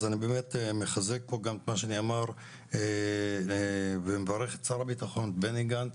אז אני באמת מחזק פה גם את מה שנאמר ומברך את שר הבטחון בני גנץ,